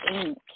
ink